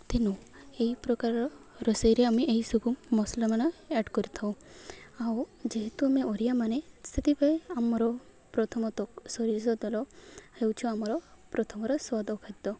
ତେଣୁ ଏହି ପ୍ରକାରର ରୋଷେଇରେ ଆମେ ଏହିସବୁ ମସଲାମାନ ଆଡ଼୍ କରିଥାଉ ଆଉ ଯେହେତୁ ଆମେ ଓରିଆମାନେ ସେଥିପାଇଁ ଆମର ପ୍ରଥମତଃ ସୋରିଷ ତେଲ ହେଉଛି ଆମର ପ୍ରଥମର ସ୍ଵାଦ ଖାଦ୍ୟ